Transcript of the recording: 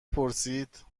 پرسید